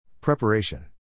Preparation